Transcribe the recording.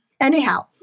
Anyhow